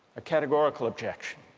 categorical objection.